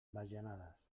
bajanades